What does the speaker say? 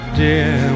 dear